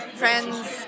friends